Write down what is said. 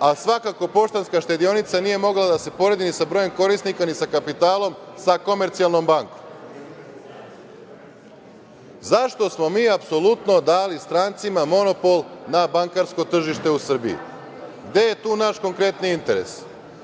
a svakako „Poštanska štedionica“ nije mogla da se poredi ni sa brojem korisnika, ni sa kapitalom sa „Komercijalnom bankom“.Zašto smo mi apsolutno dali strancima monopol na bankarsko tržište u Srbiji? Gde je tu naš konkretni interes?